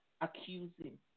accusing